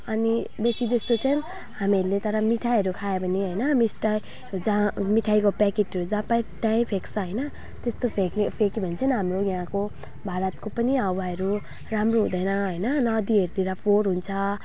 अनि बेसीजस्तो चाहिँ हामीहरूले तर मिठाईहरू खायो भने मिस्टा जहाँ मिठाईको प्याकेटहरू जहाँ पायो त्यहीँ फ्याँक्छ होइन त्यस्तो फ्याँक्नेहरू फ्याँक्यो भने चाहिँ हाम्रो यहाँको भारतको पनि हावाहरू राम्रो हुँदैन होइन नदीहरूतिर फोहोर हुन्छ